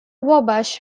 wabash